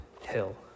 hill